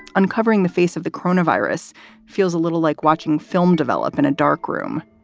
uncovering the face of the coronavirus feels a little like watching film develop in a darkroom.